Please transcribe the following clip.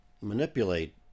manipulate